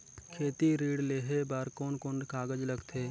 खेती ऋण लेहे बार कोन कोन कागज लगथे?